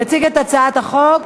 יציג את הצעת החוק